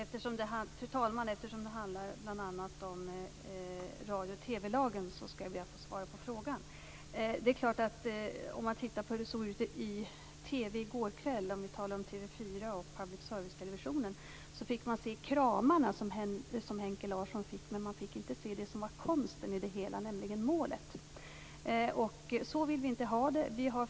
Fru talman! Eftersom det bl.a. handlar om radiooch TV-lagen skall jag be att få svara på frågan. Hur såg det ut i TV i går kväll, om vi talar om TV 4 och public service-televisionen? Då fick man se de kramar som Henke Larsson fick, men man fick inte se det som var konsten i det hela, nämligen målet. Så vill vi inte ha det.